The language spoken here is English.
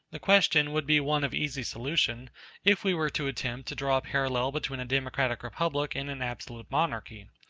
the question would be one of easy solution if we were to attempt to draw a parallel between a democratic republic and an absolute monarchy.